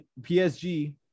PSG